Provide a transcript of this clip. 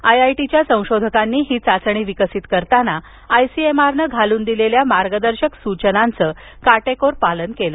आयआयटीच्या संशोधकांनी ही चाचणी विकसीत करताना आयसीएमआरनं घालून दिलेल्या मार्गदर्शक सूचनांचं काटेकोर पालन केलं